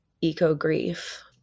eco-grief